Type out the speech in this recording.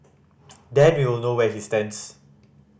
then we will know where he stands